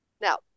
Now